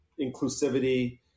inclusivity